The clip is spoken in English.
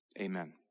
Amen